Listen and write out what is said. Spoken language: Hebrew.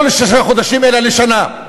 לא לשישה חודשים אלא לשנה.